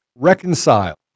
reconcile